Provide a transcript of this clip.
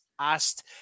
asked